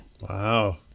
Wow